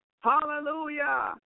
Hallelujah